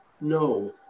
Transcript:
no